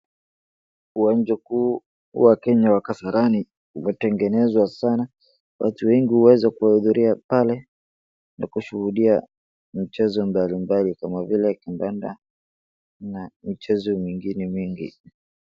Uwanja kuu wa Kenya wa Kasarani umetegenezwa sana. Watu wengi uweza kuhudhuria pale na kushuhudia michezo mbalimbali kama vile kandanda na michezo mingine mingi.